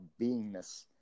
beingness